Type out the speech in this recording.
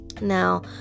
Now